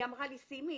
היא אמרה לי: סימי,